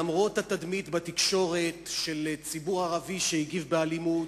למרות התדמית בתקשורת של ציבור ערבי שהגיב באלימות,